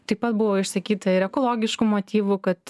taip pat buvo išsakyta ir ekologiškų motyvų kad